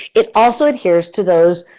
it also adheres to those,